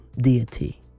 deity